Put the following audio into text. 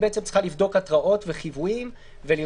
היא בעצם צריכה לבדוק התראות והחיוויים ולראות.